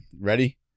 Ready